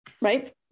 right